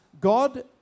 God